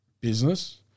business